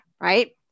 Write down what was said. Right